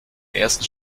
ersten